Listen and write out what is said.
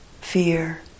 fear